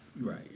Right